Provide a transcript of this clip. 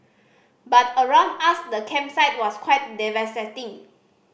but around us the campsite was quite devastating